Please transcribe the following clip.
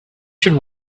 should